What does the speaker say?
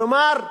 כלומר,